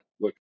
look